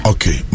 Okay